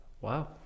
Wow